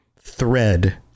thread